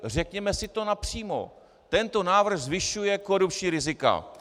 Řekněme si to napřímo: tento návrh zvyšuje korupční rizika.